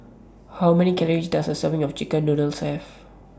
How Many Calories Does A Serving of Chicken Noodles Have